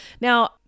Now